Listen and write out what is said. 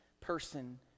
person